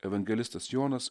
evangelistas jonas